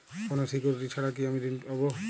কোনো সিকুরিটি ছাড়া কি আমি ঋণ পাবো?